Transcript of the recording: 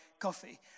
coffee